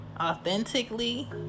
authentically